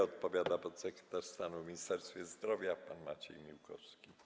Odpowiada podsekretarz stanu w Ministerstwie Zdrowia pan Maciej Miłkowski.